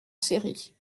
série